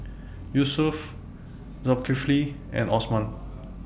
Yusuf Zulkifli and Osman